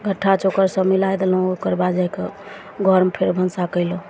घट्ठा चोकर सब मिलाइ देलहुॅं ओकरबाद जाकऽ घरमे फेर भनसा कैलहुॅं